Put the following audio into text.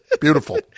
Beautiful